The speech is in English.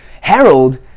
Harold